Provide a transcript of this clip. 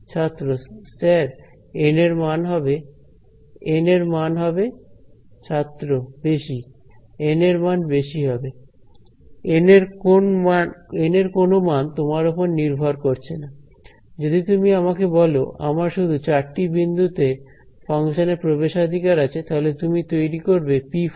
ছাত্র sir N এর মান হবে এন এর মান হবে ছাত্র বেশি এন এর মান বেশি হবে এন এর কোন মান তোমার ওপর নির্ভর করছে না যদি তুমি আমাকে বল আমার শুধু চারটি বিন্দুতে ফাংশনে প্রবেশাধিকার আছে তাহলে তুমি তৈরি করবে p4